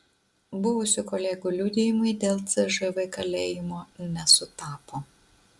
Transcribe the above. buvusių kolegų liudijimai dėl cžv kalėjimo nesutapo